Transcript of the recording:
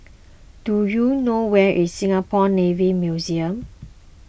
do you know where is Singapore Navy Museum